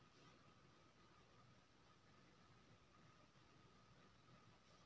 निबेश केर उद्देश्य सँ एन.पी.एस खोलब सँ सेहो सस्ता परय छै